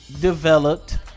developed